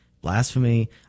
blasphemy